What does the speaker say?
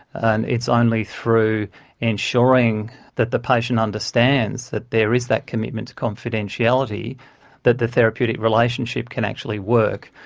and it's only through ensuring that the patient understands that there is that commitment to confidentiality that the therapeutic relationship can actually work.